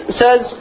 says